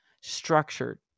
structured